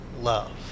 love